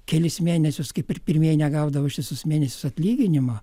kelis mėnesius kaip ir pirmieji negaudavau ištisus mėnesius atlyginimo